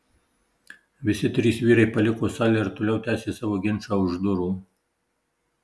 visi trys vyrai paliko salę ir toliau tęsė savo ginčą už durų